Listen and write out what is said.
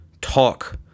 talk